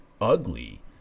ugly